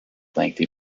lengthy